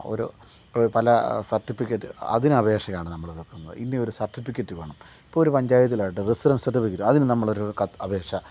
ഒരു ഇപ്പം പല സർട്ടിഫിക്കേറ്റ് അതിനപേക്ഷയാണ് നമ്മളെടുക്കുന്നത് ഇന്നയൊരു സർട്ടിഫിക്കേറ്റ് വേണം ഇപ്പൊരു പഞ്ചായത്തിലാകട്ടെ റെസിഡൻസ് സർട്ടിഫിക്കേറ്റ് അതിന് നമ്മളൊരു അപേക്ഷ